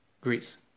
Greece